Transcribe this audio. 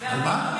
מה?